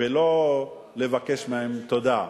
ולא לבקש מהם תודה.